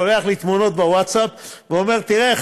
שולח לי תמונות בווטסאפ ואומר: תראה,